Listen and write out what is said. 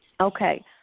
Okay